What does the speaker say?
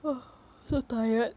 so tired